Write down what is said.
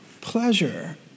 pleasure